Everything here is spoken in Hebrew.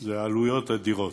זה עלויות אדירות.